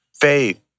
faith